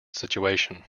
situation